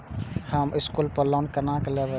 हम स्कूल पर लोन केना लैब?